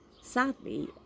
Sadly